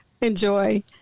enjoy